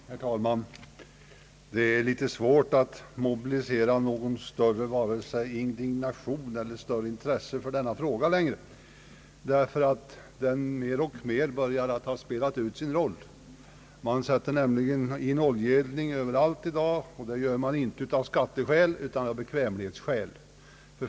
Herr talman! Det är litet svårt att mobilisera någon större indignation eller något större intresse för denna fråga längre, därför att den mer och mer börjar att ha spelat ut sin roll. Man sätter nämligen in oljeeldning överallt i dag, och det gör man inte av skatteskäl utan av bekvämlighetsskäl.